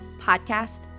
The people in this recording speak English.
podcast